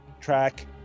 track